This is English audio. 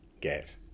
get